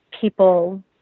people